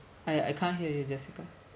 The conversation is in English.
I I can't hear you jessica